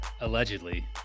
Allegedly